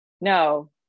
No